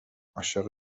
عاشق